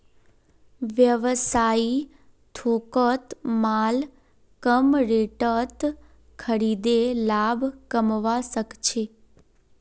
व्यवसायी थोकत माल कम रेटत खरीदे लाभ कमवा सक छी